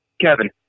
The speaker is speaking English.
Kevin